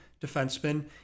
defenseman